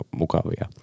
mukavia